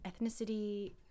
ethnicity